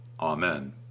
Amen